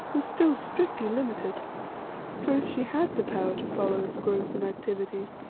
was still strictly limited for if she had the power to follow its growth and activities,